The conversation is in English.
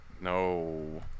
No